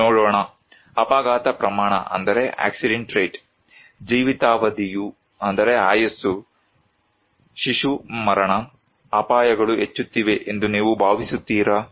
ನೋಡೋಣ ಅಪಘಾತ ಪ್ರಮಾಣ ಜೀವಿತಾವಧಿಆಯಸ್ಸು ಶಿಶು ಮರಣ ಅಪಾಯಗಳು ಹೆಚ್ಚುತ್ತಿವೆ ಎಂದು ನೀವು ಭಾವಿಸುತ್ತೀರಾ